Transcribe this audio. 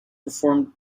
performed